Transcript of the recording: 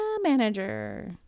manager